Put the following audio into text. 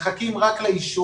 רק מחכים לאישורים.